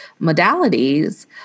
modalities